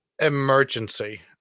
emergency